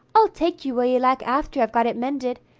i'll take you where you like after i've got it mended.